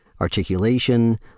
articulation